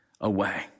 away